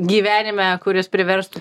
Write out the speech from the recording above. gyvenime kuris priverstų